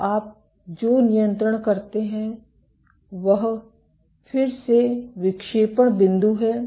तो आप जो नियंत्रण करते हैं वह फिर से विक्षेपण बिंदु है